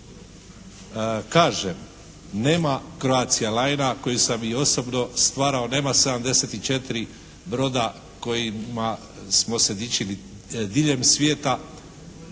Kažem neka Croatica linea koji sam i osobno stvarao, nema 74 broda kojima smo se dičili diljem svijeta.